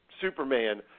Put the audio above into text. Superman